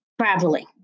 traveling